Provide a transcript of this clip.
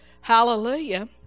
hallelujah